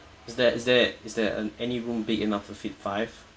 is there is there is there uh any room big enough to fit five